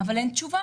אבל אין תשובה.